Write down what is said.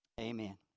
Amen